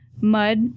Mud